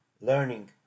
learning